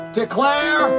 declare